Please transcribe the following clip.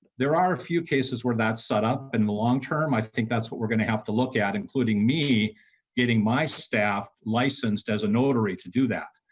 there are few cases where that set up in the long term i think that's what we're going to have to look at including me getting my staff licensed as an ornery to do that.